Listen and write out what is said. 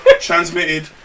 transmitted